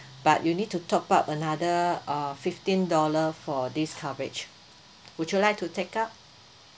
but you need to top up another uh fifteen dollar for this coverage would you like to take up